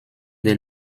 des